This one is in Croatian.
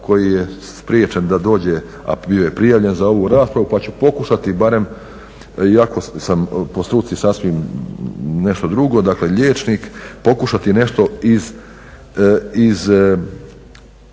koji je spriječen da dođe a bio je prijavljen za ovu raspravu pa ću pokušati barem, iako sam po struci sasvim nešto drugo, dakle liječnik, pokušati nešto iz